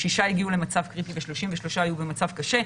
שישה הגיעו למצב קריטי ו-33 היו במצב קשה.